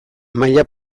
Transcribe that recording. maila